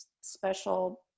special